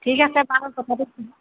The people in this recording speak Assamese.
ঠিক আছে বাৰু তথাপি